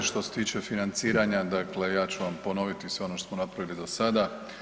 Što se tiče financiranja, dakle, ja ću vam ponoviti sve ono što smo napravili do sada.